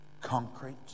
concrete